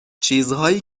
چیزهایی